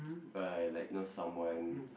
uh like know someone